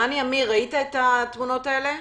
רני עמיר, ראית את התמונות האלה?